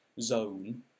zone